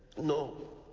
no,